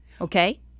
okay